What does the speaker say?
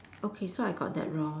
okay so I got that wrong